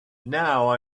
now